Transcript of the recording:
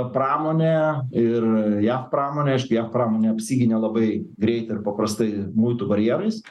pramonė ir jav pramonė aišku jav pramonė apsigynė labai greitai ir paprastai muitų barjerais